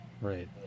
Right